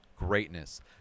Greatness